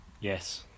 Yes